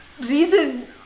reason